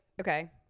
okay